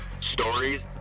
stories